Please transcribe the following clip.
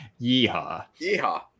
Yeehaw